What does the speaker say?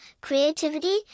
creativity